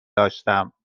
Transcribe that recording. داشتم